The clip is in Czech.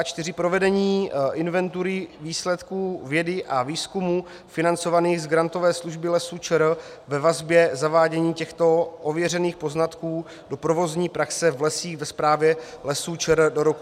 4. provedení inventury výsledků vědy a výzkumu financovaných z grantové služby Lesů ČR ve vazbě na zavádění těchto ověřených poznatků do provozní praxe v lesích ve správě Lesů ČR do roku 2012.